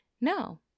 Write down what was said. no